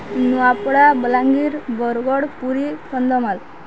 Nuapada Balangir Bargarh Puri Kandhamal